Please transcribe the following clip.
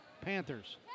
Panthers